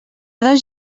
dos